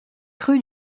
rue